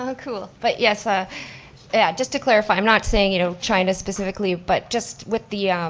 um cool, but yes, ah yeah just to clarify, i'm not saying you know china specifically, but just with the,